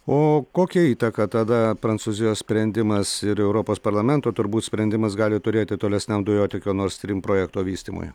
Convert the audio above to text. o kokią įtaką tada prancūzijos sprendimas ir europos parlamento turbūt sprendimas gali turėti tolesniam dujotiekio nord strym projekto vystymui